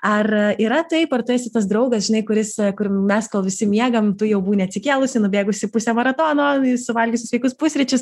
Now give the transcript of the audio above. ar yra taip ar tu esi tas draugas žinai kuris kur mes kol visi miegam tu jau būni atsikėlusi nubėgusi pusę maratono suvalgiusi sveikus pusryčius